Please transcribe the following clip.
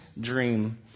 dream